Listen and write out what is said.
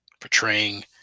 portraying